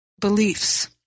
Beliefs